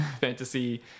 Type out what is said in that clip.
fantasy